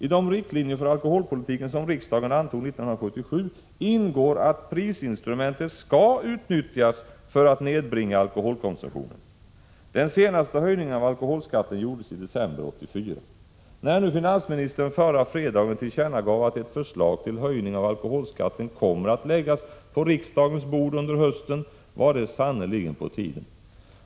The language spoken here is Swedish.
I dé riktlinjer för alkoholpolitiken som riksdagen antog 1977 ingår att prisinstrumentet skall utnyttjas för att nedbringa alkoholkonsumtionen. Den senaste höjningen av alkoholskatten gjordes i december 1984. När finansministern förra fredagen tillkännagav att ett förslag till höjning av alkoholskatten kommer att läggas på riksdagens bord under hösten, var det sannerligen på tiden.